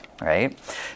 right